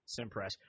Simpress